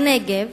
בנגב,